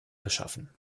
geschaffen